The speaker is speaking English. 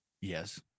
Yes